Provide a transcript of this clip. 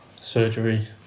surgery